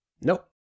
Nope